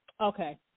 Okay